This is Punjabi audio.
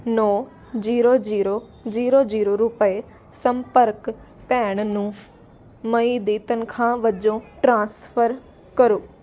ਨੌਂ ਜੀਰੋ ਜੀਰੋ ਜੀਰੋ ਜੀਰੋ ਰੁਪਏ ਸੰਪਰਕ ਭੈਣ ਨੂੰ ਮਈ ਦੀ ਤਨਖਾਹ ਵਜੋਂ ਟ੍ਰਾਂਸਫਰ ਕਰੋ